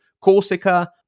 Corsica